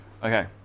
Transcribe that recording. Okay